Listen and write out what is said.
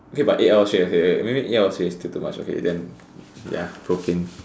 okay but eight hours straight okay maybe eight hours straight is still too much then ya poping